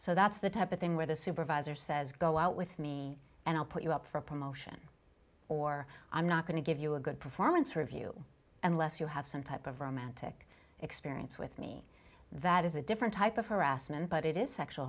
so that's the type of thing where the supervisor says go out with me and i'll put you up for a promotion or i'm not going to give you a good performance review unless you have some type of romantic experience with me that is a different type of harassment but it is sexual